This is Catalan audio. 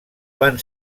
van